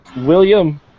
William